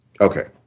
Okay